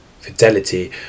Fidelity